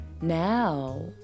now